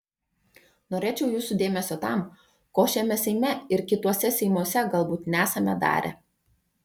norėčiau jūsų dėmesio tam ko šiame seime ir kituose seimuose galbūt nesame darę